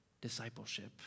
discipleship